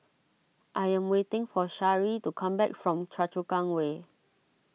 I am waiting for Sharee to come back from Choa Chu Kang Way